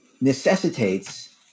necessitates